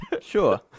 sure